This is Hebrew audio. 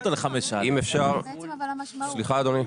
אדוני,